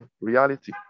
reality